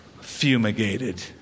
fumigated